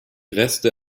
reste